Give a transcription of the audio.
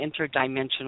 interdimensional